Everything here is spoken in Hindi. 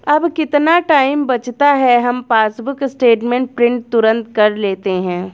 अब कितना टाइम बचता है, हम पासबुक स्टेटमेंट प्रिंट तुरंत कर लेते हैं